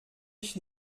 ich